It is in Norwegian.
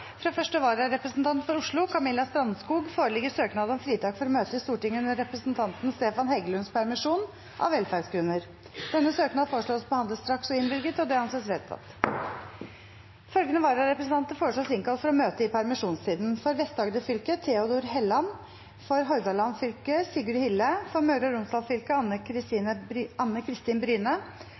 Fra første vararepresentant for Oslo, Camilla Strandskog , foreligger søknad om fritak for å møte i Stortinget under representanten Stefan Heggelunds permisjon, av velferdsgrunner. Etter forslag fra presidenten ble enstemmig besluttet: Søknaden behandles straks og innvilges. Følgende vararepresentanter innkalles for å møte i permisjonstiden: For Vest-Agder fylke: Theodor Helland For Hordaland fylke: Sigurd Hille For Møre og Romsdal fylke: Anne Kristin Bryne